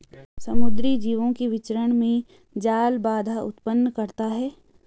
समुद्री जीवों के विचरण में जाल बाधा उत्पन्न करता है